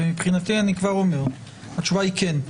מבחינתי התשובה היא כן.